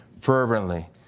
fervently